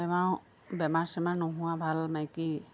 বেমাৰ বেমাৰ চেমাৰ নোহোৱা ভাল মাইকী